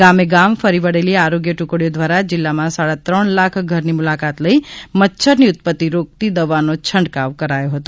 ગામેગામ ફરી વળેલી આરોગ્ય ટુકડીઓ દ્વારા જિલ્લામાં સાડા ત્રણ લાખ ઘરની મુલાકાત લઇ મચ્છરની ઉત્પત્તિ રોકતી દવાનો છંટકાવ કરાયો હતો